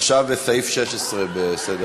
עכשיו זה סעיף 16 בסדר-היום.